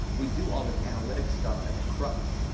we do all this analytic stuff as a crutch.